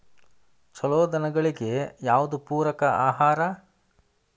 ಛಲೋ ದನಗಳಿಗೆ ಯಾವ್ದು ಪೂರಕ ಆಹಾರ?